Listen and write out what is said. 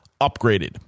upgraded